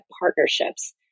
partnerships